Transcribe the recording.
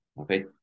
Okay